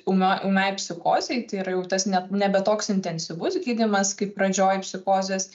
ūmio ūmiai psichozei tai yra jau tas net nebe toks intensyvus gydymas kaip pradžioj psichozės